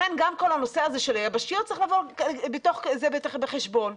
גם כל הנושא הזה של היבשתיות צריך להילקח בחשבון.